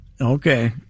Okay